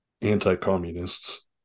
anti-communists